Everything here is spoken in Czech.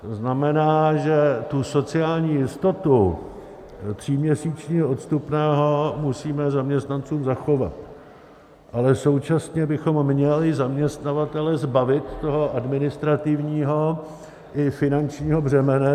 To znamená, že tu sociální jistotu tříměsíčního odstupného musíme zaměstnancům zachovat, ale současně bychom měli zaměstnavatele zbavit toho administrativního i finančního břemene.